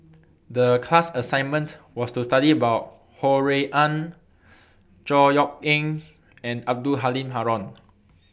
The class assignment was to study about Ho Rui An Chor Yeok Eng and Abdul Halim Haron